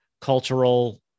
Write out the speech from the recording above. cultural